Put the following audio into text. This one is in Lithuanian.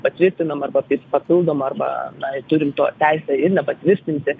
patvirtinam arba pi papildomom arba na turim to teisę ir nepatvirtinti